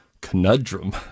Conundrum